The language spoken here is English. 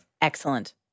Excellent